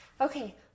Okay